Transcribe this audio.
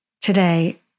today